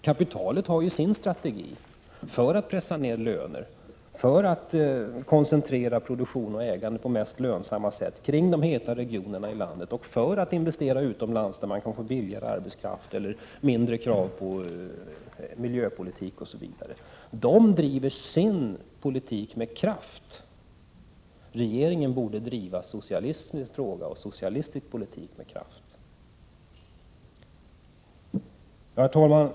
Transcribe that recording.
Kapitalet har sin strategi för att pressa ner löner, koncentrera produktion och ägande på det mest lönsamma sättet kring de heta regionerna i landet och investera utomlands, där arbetskraften är billigare och kraven på miljöpolitik m.m. är mindre. Kapitalisterna driver sin politik med kraft. Regeringen borde driva socialismen och en socialistisk politik med kraft. Herr talman!